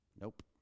Nope